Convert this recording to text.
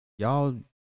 Y'all